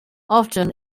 often